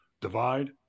divide